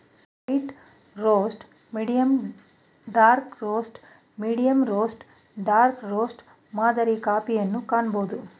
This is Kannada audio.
light roast, medium dark roast, medium roast dark roast ಮಾದರಿಯ ಕಾಫಿಯನ್ನು ಕಾಣಬೋದು